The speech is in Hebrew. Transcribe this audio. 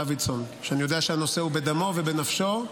אדוני היושב-ראש.